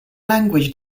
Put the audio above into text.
language